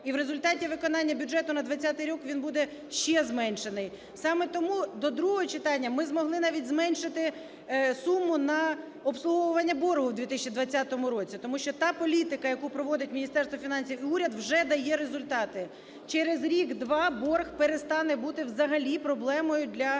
і в результаті виконання бюджету на 2020 рік він буде ще зменшений, саме тому до другого читання, ми змогли навіть зменшити суму на обслуговування боргу в 2020 році. Тому що та політика, яку проводить Міністерство фінансів і уряд, вже дає результати. Через рік-два борг перестане бути взагалі проблемою для України.